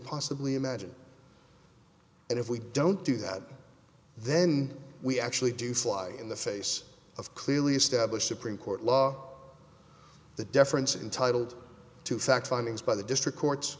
possibly imagine and if we don't do that then we actually do fly in the face of clearly established supreme court law the deference intitled to fact findings by the district courts